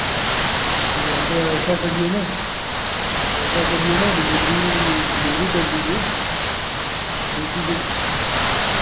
या तो ऐसा करिए ना ऐसा करिए ना डिलेवरी डिलेवरी कर दीजिये दो चीज़ें